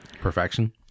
Perfection